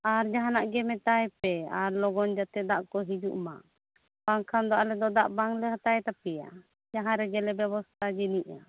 ᱟᱨ ᱡᱟᱦᱟ ᱱᱟᱜ ᱜᱮ ᱢᱮᱛᱟᱭ ᱯᱮ ᱟᱨ ᱞᱚᱜᱚᱱ ᱡᱟᱛᱮ ᱫᱟᱜ ᱠᱚ ᱦᱤᱡᱩᱜ ᱢᱟ ᱵᱟᱝᱠᱷᱟᱱ ᱫᱚ ᱟᱞᱮ ᱫᱚ ᱫᱟᱽᱜ ᱵᱟᱝᱞᱮ ᱦᱟᱛᱟᱣ ᱛᱟᱯᱮᱭᱟ ᱡᱟᱦᱟᱸ ᱨᱮᱜᱮ ᱞᱮ ᱵᱮᱵᱚᱥᱛᱟ ᱡᱤᱱᱤᱡ ᱟ